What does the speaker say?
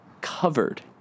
covered